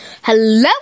Hello